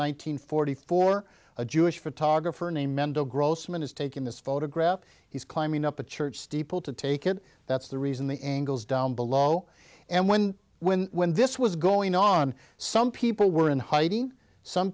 hundred forty four a jewish photographer named mendel grossman is taking this photograph he's climbing up a church steeple to take it that's the reason the angles down below and when when when this was going on some people were in hiding some